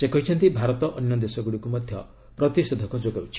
ସେ କହିଛନ୍ତି ଭାରତ ଅନ୍ୟ ଦେଶଗୁଡ଼ିକୁ ମଧ୍ୟ ପ୍ରତିଷେଧକ ଯୋଗାଉଛି